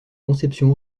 conception